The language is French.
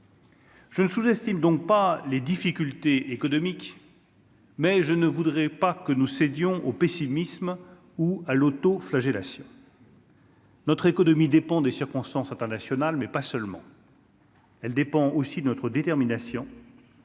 Je ne sous-estime donc pas les difficultés économiques, mais je ne voudrais pas que nous cédions au pessimisme ou à l'auto-flagellation. Notre économie dépend des circonstances internationales mais pas seulement. Elle dépend aussi de notre détermination